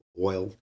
oil